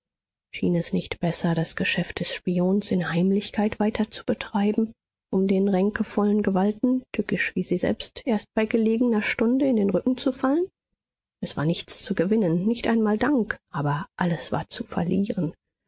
schien es nicht besser das geschäft des spions in heimlichkeit weiter zu betreiben um den ränkevollen gewalten tückisch wie sie selbst erst bei gelegener stunde in den rücken zu fallen es war nichts zu gewinnen nicht einmal dank aber alles war zu verlieren